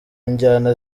njyana